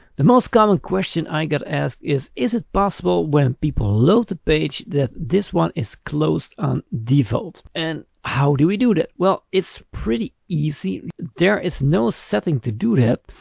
the most common question i get asked is is it possible when people load the page that this one is closed on default? and how do we do that? well, it's pretty easy. there is no setting to do that.